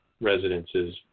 residences